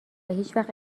هیچوقت